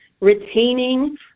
retaining